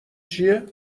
چیه